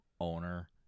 owner